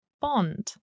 bond